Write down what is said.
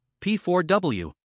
P4W